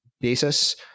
Basis